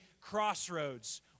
crossroads